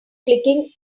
clicking